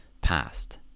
past